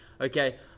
Okay